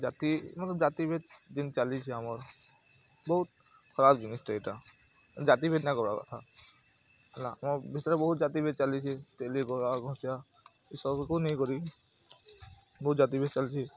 ଜାତି ଇନୁ ତ ଜାତି ଭେଦ୍ ଯେନ୍ ଚାଲିଛି ଆମର୍ ବହୁତ୍ ଖରାପ୍ ଜିନିଷ୍ଟେ ଏନ୍ତା ଜାତି ଭେଦ୍ ନେଇଁ କର୍ବାର୍ କଥା ହେଲା ଆମର୍ ଭିତ୍ରେ ବହୁତ୍ ଜାତି ଭେଦ୍ ଚାଲିଛେ ତେଲି ଗଣା ଘଷିଆଁ ଇସମ୍କୁ ନେଇକରି ବହୁତ୍ ଜାତି ଭେଦ୍ ଚାଲିଛେ